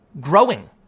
growing